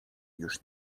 już